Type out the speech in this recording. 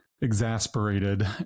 exasperated